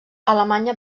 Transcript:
alemanya